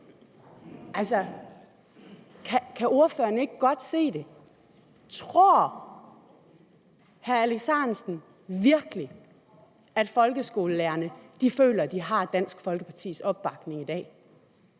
Altså, kan ordføreren ikke godt se det? Tror hr. Alex Ahrendtsen virkelig, at folkeskolelærerne føler, at de har Dansk Folkepartis opbakning i dag?